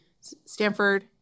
Stanford